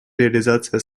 реализации